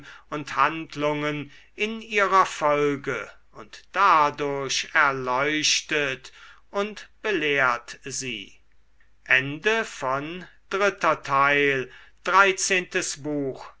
und handlungen in ihrer folge und dadurch erleuchtet und belehrt sie